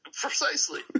Precisely